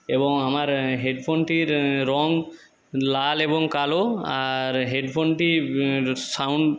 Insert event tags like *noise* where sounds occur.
এবং আমার *unintelligible* হেডফোনটির *unintelligible* রঙ লাল এবং কালো আর হেডফোনটি *unintelligible* সাউন্ড